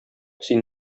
син